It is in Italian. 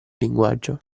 linguaggio